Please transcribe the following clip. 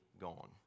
gone